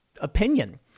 opinion